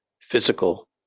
physical